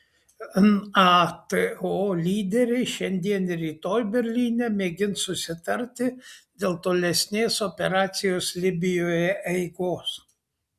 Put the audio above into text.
nato lyderiai šiandien ir rytoj berlyne mėgins susitarti dėl tolesnės operacijos libijoje eigos